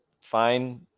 fine